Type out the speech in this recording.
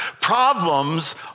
problems